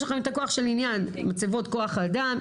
לכם את הכוח של עניין מצבות כוח האדם.